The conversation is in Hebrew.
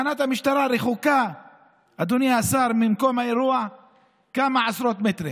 תחנת המשטרה רחוקה ממקום האירוע כמה עשרות מטרים.